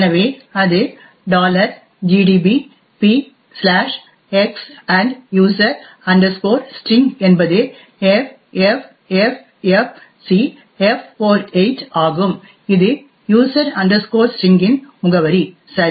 எனவே அது gdb p x user string என்பது ffffcf48 ஆகும் இது யூசர் ஸ்டிரிங் இன் user string முகவரி சரி